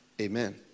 amen